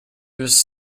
was